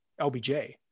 LBJ